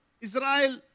Israel